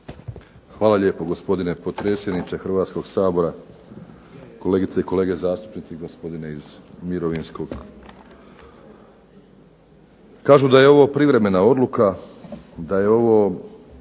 Hvala lijepo gospodine potpredsjedniče Hrvatskog sabora, kolegice i kolege zastupnici i gospodine iz Mirovinskog. Kažu da je ovo privremena odluka, da je ovo